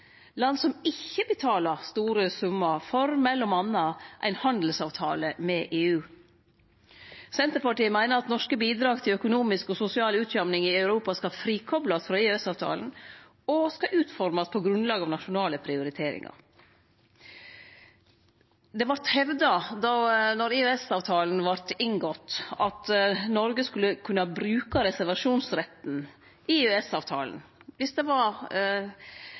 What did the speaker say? land som ikkje betaler store summar for m.a. ein handelsavtale med EU. Senterpartiet meiner at norske bidrag til økonomisk og sosial utjamning i Europa skal frikoplast frå EØS-avtalen, og skal utformast på grunnlag av nasjonale prioriteringar. Det vart hevda, då EØS-avtalen vart inngått, at Noreg skulle kunne bruke reservasjonsretten i EØS-avtalen dersom det